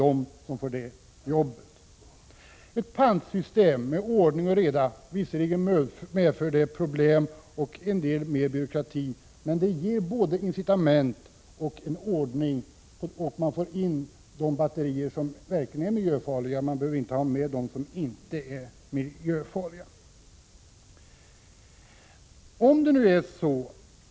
Ett ordnat pantsystem medför visserligen problem och en del byråkrati, men det gör att man verkligen får in de miljöfarliga batterierna.